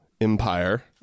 Empire